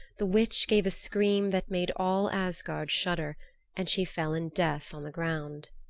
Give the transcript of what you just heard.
the witch gave a scream that made all asgard shudder and she fell in death on the ground.